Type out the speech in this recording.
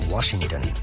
Washington